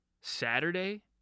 saturday